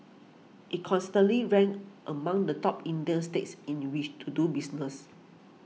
it consistently ranks among the top Indian states in which to do business